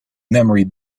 memory